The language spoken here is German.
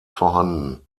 vorhanden